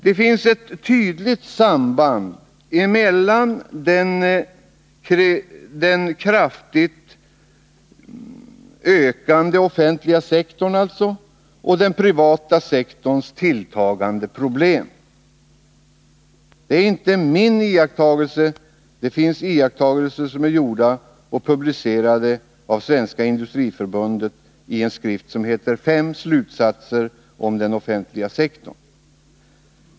Det finns ett tydligt samband mellan den kraftigt ökande offentliga sektorn och den privata sektorns tilltagande problem. Det är inte min iakttagelse, utan det är iakttagelser som är gjorda och finns publicerade av Sveriges Industriförbund i en skrift som heter Fem slutsatser om den offentliga sektorn.